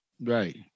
Right